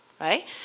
right